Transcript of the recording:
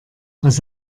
was